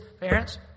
parents